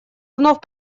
вновь